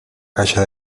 caixa